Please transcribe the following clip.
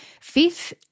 fifth